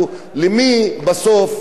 לאיזה ממשלה,